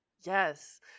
Yes